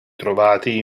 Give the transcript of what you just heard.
trovati